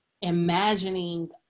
Imagining